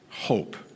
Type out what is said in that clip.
hope